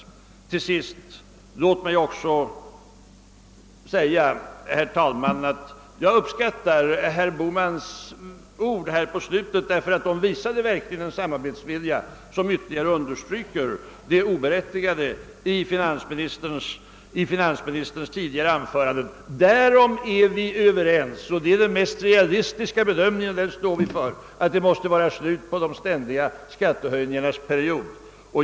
Herr talman! Låt mig till sist säga att jag uppskattar herr Bohmans sista ord. De visar en samarbetsvilja som ytterligare understryker det oberättigade i finansministerns tidigare uttalanden. Vi är överens om — och det är den mest realistiska bedömningen och den står vi för — att det måste bli slut på de ständiga skattehöjningarnas period.